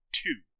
two